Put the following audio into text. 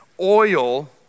oil